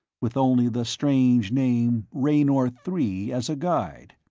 with only the strange name raynor three as a guide.